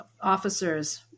officers